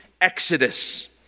exodus